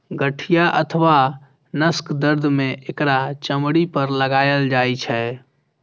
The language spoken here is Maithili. गठिया अथवा नसक दर्द मे एकरा चमड़ी पर लगाएल जाइ छै